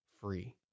free